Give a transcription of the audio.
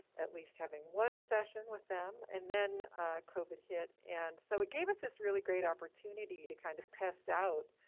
at least having one session with them and then covid hit and so it gave us this really great opportunity to kind of test out.